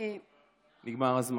נגמר הזמן.